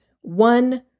one